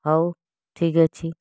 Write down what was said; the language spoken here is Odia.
ହଉ ଠିକ୍ ଅଛି